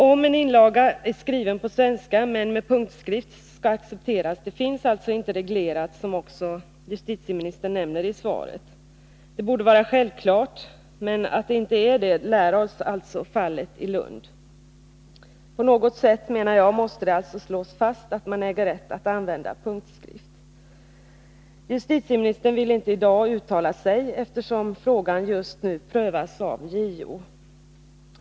Om en inlaga som är avfattad på svenska men skriven med punktskrift skall accepteras är inte reglerat, vilket justitieministern också nämnde i svaret. Det borde vara självklart att det skall accepteras, men att det inte förhåller sig så lär oss alltså fallet i Lund. Enligt min mening måste det alltså på något sätt slås fast att man äger rätt att använda punktskrift. Justitieministern vill inte uttala sig i dag, eftersom frågan just nu prövas av JO.